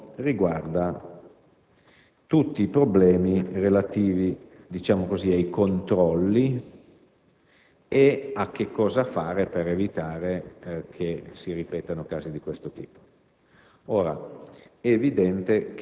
L'ultimo nodo riguarda i problemi relativi ai controlli e al da farsi per evitare che si ripetano casi di questo tipo.